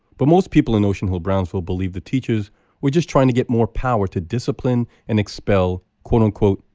but most people in ocean hill-brownsville believed the teachers were just trying to get more power to discipline and expel, quote-unquote,